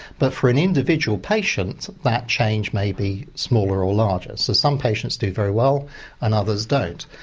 but for an individual patient that change may be smaller or larger. so some patients do very well and others don't.